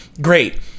great